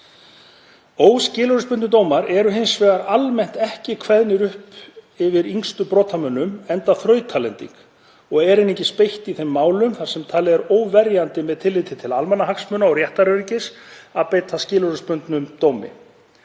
Óskilorðsbundnir dómar eru hins vegar almennt ekki kveðnir upp yfir yngstu brotamönnunum, enda þrautalending, og er einungis beitt í þeim málum þar sem talið er óverjandi með tilliti til almenningshagsmuna og réttaröryggis að beita skilorðsbundnum dómi.